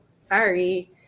Sorry